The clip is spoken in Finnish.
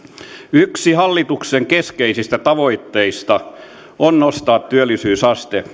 yksi hallituksen keskeisistä tavoitteista on nostaa työllisyysaste